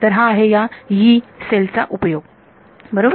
तर हा आहे ह्या यी सेल चा उपयोग बरोबर